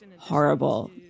horrible